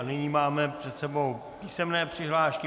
Nyní máme před sebou písemné přihlášky.